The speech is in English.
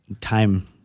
time